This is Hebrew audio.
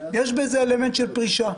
יש בזה אלמנט של פרישה.